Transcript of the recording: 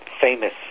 famous